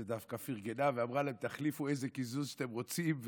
שדווקא פרגנה ואמרה להם: תחליפו איזה קיזוז שאתם רוצים,